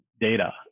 data